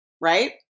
right